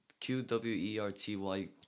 Q-W-E-R-T-Y